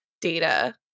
data